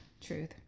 Truth